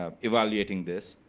um evaluating this